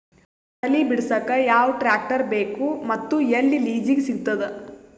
ಕಡಲಿ ಬಿಡಸಕ್ ಯಾವ ಟ್ರ್ಯಾಕ್ಟರ್ ಬೇಕು ಮತ್ತು ಎಲ್ಲಿ ಲಿಜೀಗ ಸಿಗತದ?